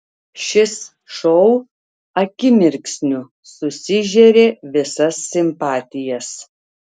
šis šou akimirksniu susižėrė visas simpatijas